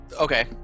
Okay